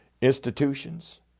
institutions